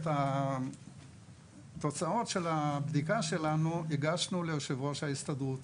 את התוצאות של הבדיקה שלנו הגשנו ליושב ראש ההסתדרות,